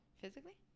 Physically